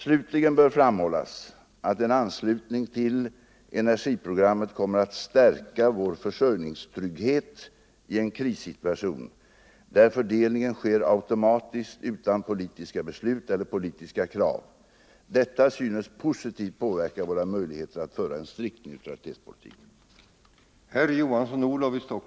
Slutligen bör framhållas att en anslutning till energiprogrammet kommer att stärka vår försörjningstrygghet i en krissituation där fördelningen sker automatiskt utan politiska beslut eller politiska krav. Detta synes positivt påverka våra möjligheter att föra en strikt neutralitetspolitik.